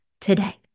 today